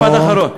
משפט אחרון.